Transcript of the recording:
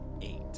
eight